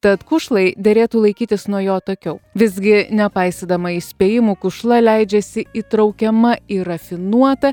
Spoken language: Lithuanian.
tad kušlai derėtų laikytis nuo jo atokiau visgi nepaisydama įspėjimų kušla leidžiasi įtraukiama į rafinuotą